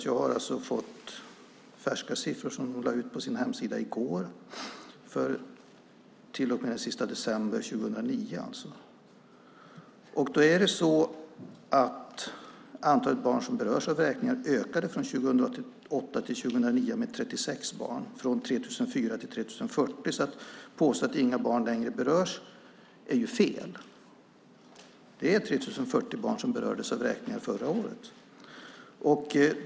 Jag har alltså fått färska siffror som lades ut på hemsidan i går och som gäller fram till och med den 31 december 2009. Antalet barn som berördes av vräkningar ökade från 2008 till 2009 med 36 barn, från 3 004 till 3 040. Att påstå att inga barn längre berörs är därför fel. Det var 3 040 barn som berördes av vräkningar förra året.